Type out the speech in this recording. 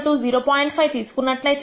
n20 మరియు p 0